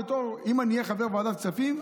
אם אני אהיה חבר ועדת הכספים,